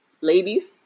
Ladies